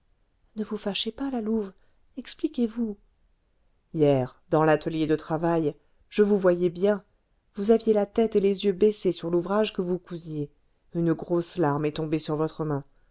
ne vous fâchez pas la louve expliquez-vous hier dans l'atelier de travail je vous voyais bien vous aviez la tête et les yeux baissés sur l'ouvrage que vous cousiez une grosse larme est tombée sur votre main